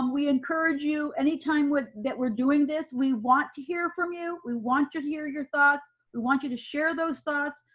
ah we encourage you anytime with that we're doing this, we want to hear from you. we want to hear your thoughts. we want you to share those thoughts,